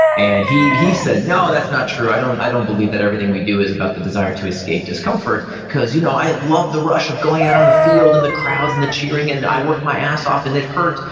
and he he said, no, that's not true. i don't i don't believe that everything we do is about the desire to escape discomfort, because you know i love the rush of going out on the field, and the crowds, and the cheering. and i worked my ass off and it hurt,